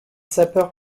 sapeurs